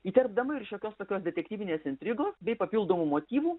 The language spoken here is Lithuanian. įterpdama ir šiokios tokios detektyvinės intrigos bei papildomų motyvų